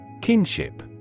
Kinship